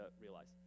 realize